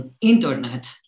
internet